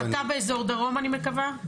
אתה באזור דרום אני מקווה?